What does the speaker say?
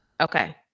Okay